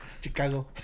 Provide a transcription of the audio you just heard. Chicago